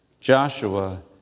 Joshua